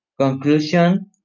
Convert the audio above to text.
Conclusion